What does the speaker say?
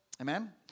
Amen